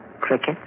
Cricket